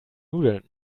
nudeln